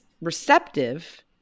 receptive